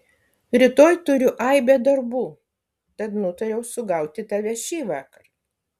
rytoj turiu aibę darbų tad nutariau sugauti tave šįvakar